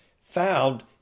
found